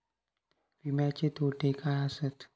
विमाचे तोटे काय आसत?